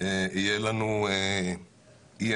יהיה לנו EMP,